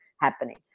happening